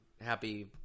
happy